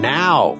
now